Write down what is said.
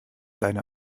deine